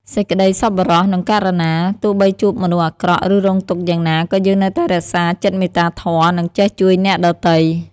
សេចក្តីសប្បុរស និងករុណា ទោះបីជួបមនុស្សអាក្រក់ ឬរងទុក្ខយ៉ាងណា ក៏យើងនៅតែរក្សាចិត្តមេត្តាធម៌ និងចេះជួយអ្នកដទៃ។